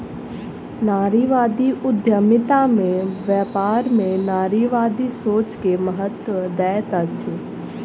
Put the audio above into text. नारीवादी उद्यमिता में व्यापार में नारीवादी सोच के महत्त्व दैत अछि